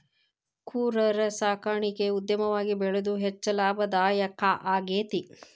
ಕುರರ ಸಾಕಾಣಿಕೆ ಉದ್ಯಮವಾಗಿ ಬೆಳದು ಹೆಚ್ಚ ಲಾಭದಾಯಕಾ ಆಗೇತಿ